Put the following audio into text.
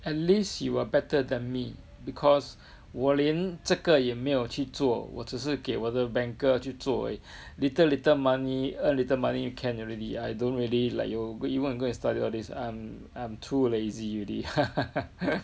at least you are better than me because 我连这个也没有去做我只是给我的 banker 去做而已 little little money earn little money can already I don't really like you want to go and study all this um I'm too lazy already